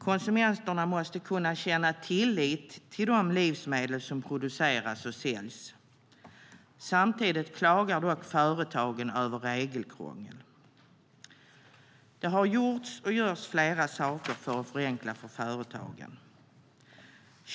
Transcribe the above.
Konsumenterna måste kunna känna tillit till de livsmedel som produceras och säljs. Samtidigt klagar företagen över regelkrångel. Det har dock gjorts och görs flera saker för att förenkla för företagen.